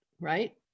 right